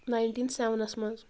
nineteen سیٚونَس مَنٛز